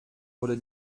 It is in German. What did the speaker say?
wurde